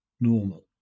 normal